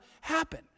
happen